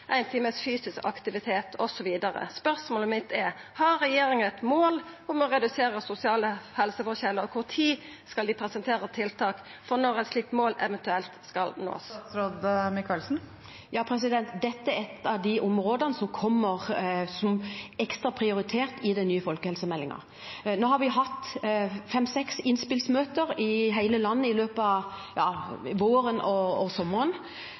times fysisk aktivitet, osv. Spørsmålet mitt er: Har regjeringa eit mål om å redusera sosiale helseforskjellar, og kva tid skal dei presentera tiltak for eventuelt å nå eit slikt mål? Dette er et av de områdene som kommer til å være ekstra prioritert i den nye folkehelsemeldingen. Nå har vi hatt fem–seks innspillsmøter i hele landet i løpet av våren, sommeren og